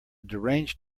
deranged